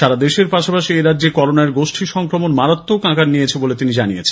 সারা দেশের পাশাপাশি এ রাজ্যে করোনার গোষ্ঠী সংক্রমণ মারাত্মক আকার নিয়েছে বলে তিনি জানিয়েছেন